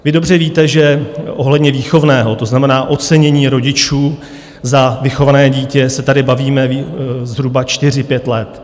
Vy dobře víte, že ohledně výchovného, to znamená ocenění rodičů za vychované dítě, se tady bavíme zhruba čtyři, pět let.